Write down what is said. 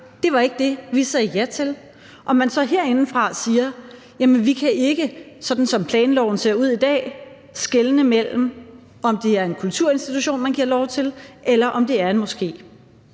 at det ikke var det, vi sagde ja til. Og så siger man herindefra, at jamen vi kan ikke, sådan som planloven ser ud i dag, skelne mellem, om det er en kulturinstitution, man giver lov til, eller om det er en moské.